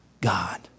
God